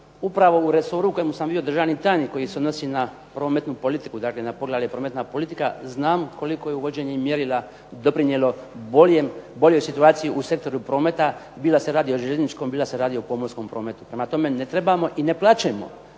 upravo u resoru u kojemu sam bio državni tajnik koji se odnosi na prometnu politiku, dakle na poglavlje prometna politika znam koliko je uvođenje mjerila doprinijelo boljoj situaciji u sektoru prometa bilo da se radi o željezničkom bilo da se radi o pomorskom prometu. Prema tome, ne trebamo i ne plačemo